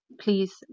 please